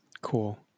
Cool